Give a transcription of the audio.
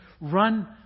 run